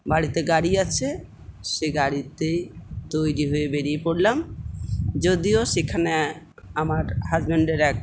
বাড়িতে গাড়ি আছে সেই গাড়িতেই তৈরি হয়ে বেড়িয়ে পড়লাম যদিও সেখানে আমার হাজব্যান্ডের এক